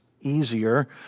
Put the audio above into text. easier